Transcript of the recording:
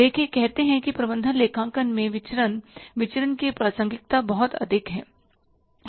देखें कहते हैं कि प्रबंधन लेखांकन में विचरण विचरण की प्रासंगिकता बहुत अधिक है